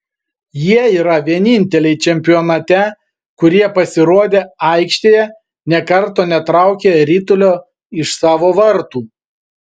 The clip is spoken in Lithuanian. jie yra vieninteliai čempionate kurie pasirodę aikštėje nė karto netraukė ritulio iš savo vartų